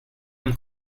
him